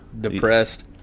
depressed